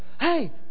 hey